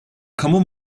kamu